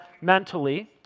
mentally